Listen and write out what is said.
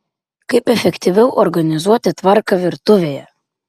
kaip efektyviau organizuoti tvarką virtuvėje